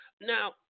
now